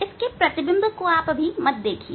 इसके प्रतिबिंब को मत देखिए